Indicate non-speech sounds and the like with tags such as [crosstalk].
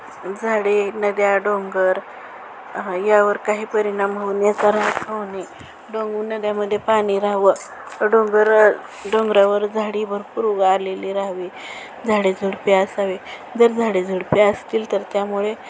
झाडे नद्या डोंगर यावर काही परिणाम होऊ [unintelligible] होऊ नये डोंगर नद्यामध्ये पाणी राहावं डोंगर डोंगरावर झाडी भरपूर उ आलेली राहावी झाडे झुडपे असावे जर झाडे झुडपे असतील तर त्यामुळे